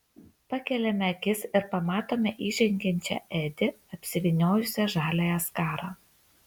pakeliame akis ir pamatome įžengiančią edi apsivyniojusią žaliąją skarą